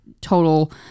total